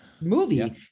movie